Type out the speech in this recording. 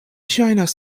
ŝajnas